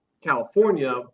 California